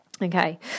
Okay